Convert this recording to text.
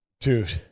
dude